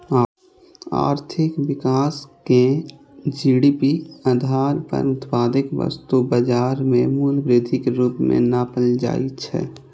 आर्थिक विकास कें जी.डी.पी आधार पर उत्पादित वस्तुक बाजार मूल्य मे वृद्धिक रूप मे नापल जाइ छै